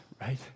right